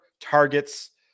targets